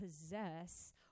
possess